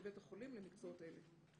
בבית החולים למקצועות אלה.